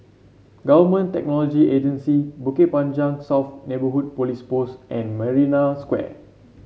Government Technology Agency Bukit Panjang South Neighbourhood Police Post and Marina Square